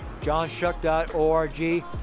johnshuck.org